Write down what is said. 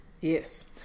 Yes